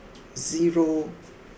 zero